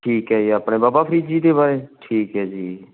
ਠੀਕ ਹੈ ਜੀ ਆਪਣੇ ਬਾਬਾ ਫ਼ਰੀਦ ਜੀ ਦੇ ਬਾਰੇ ਠੀਕ ਹੈ ਜੀ